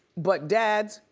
but dads,